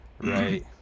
Right